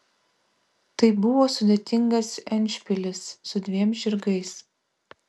tai buvo sudėtingas endšpilis su dviem žirgais